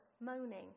moaning